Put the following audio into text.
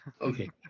Okay